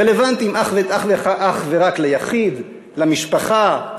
רלוונטיים רק ליחיד, למשפחה,